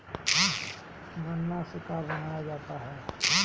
गान्ना से का बनाया जाता है?